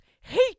hate